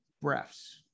breaths